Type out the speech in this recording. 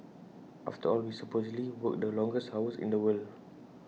after all we supposedly work the longest hours in the world